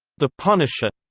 the punisher